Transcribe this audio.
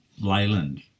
Leyland